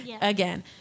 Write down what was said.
again